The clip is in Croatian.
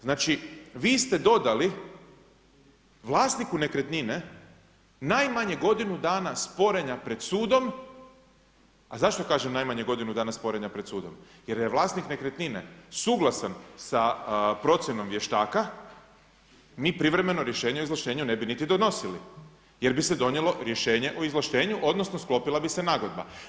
Znači vi ste dodali vlasniku nekretnine najmanje godinu dana sporenja pred sudom, a zašto kažem najmanje godinu dana sporenja pred sudom, jer je vlasnik nekretnine suglasan sa procjenom vještaka, mi privremeno rješenje o izvlaštenju ne bi niti donosili jer bi se donijelo rješenje o izvlaštenju odnosno sklopila bi se nagodba.